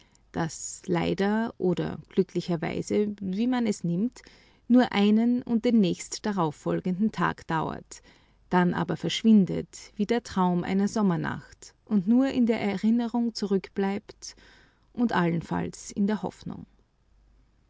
das leider oder glücklicherweise wie man es nimmt nur einen und den nächst darauffolgenden tag dauert dann aber verschwindet wie der traum einer sommernacht und nur in der erinnerung zurückbleibt und allenfalls in der hoffnung